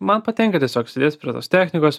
man patinka tiesiog sėdėt prie tos technikos